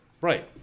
Right